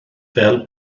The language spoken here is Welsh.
fel